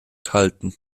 erhalten